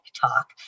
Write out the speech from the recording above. talk